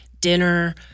dinner